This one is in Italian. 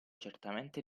certamente